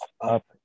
up